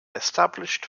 established